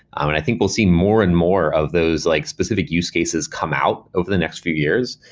i think we'll see more and more of those like specific use cases come out over the next few years.